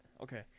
okay